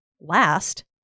last